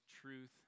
Truth